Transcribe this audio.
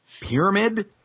pyramid